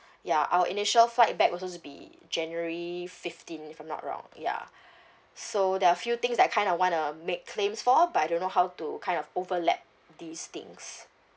ya our initial flight back was supposed to be january fifteen if I'm not wrong ya so there are a few things that I kind of what to make claims for but I don't know how to kind of overlap these things